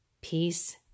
peace